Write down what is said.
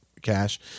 cash